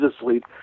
asleep